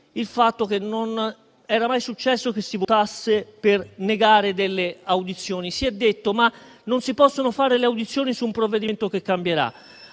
il fatto che non era mai successo che si votasse per negare delle audizioni. Si è detto che non si possono fare audizioni su un provvedimento che cambierà: